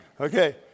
Okay